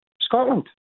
Scotland